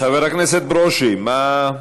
חבר הכנסת ברושי, מה,